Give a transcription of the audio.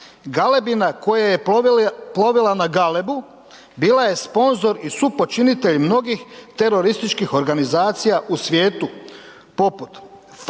Galebina koja je plovila na galebu bila je sponzor i supočinitelj mnogih terorističkih organizacija u svijetu poput Fataha,